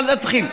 אל תתחיל.